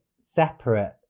separate